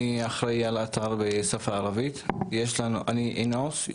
אני האחראי על האתר בשפה הערבית in house.